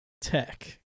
tech